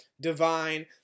divine